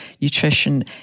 nutrition